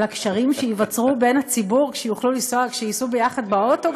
על הקשרים שייווצרו בין הציבור כשייסעו יחד באוטו,